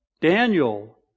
Daniel